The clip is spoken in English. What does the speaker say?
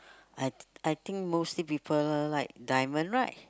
I I think mostly people like diamond right